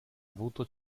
avuto